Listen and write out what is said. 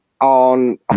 on